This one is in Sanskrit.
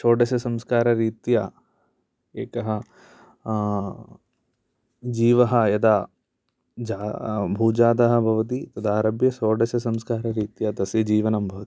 षोडससंस्काररीत्या एकः जीवः यदा भूजादः भवति इतारभ्य षोडससंस्काररीत्या तस्य जीवनं भवति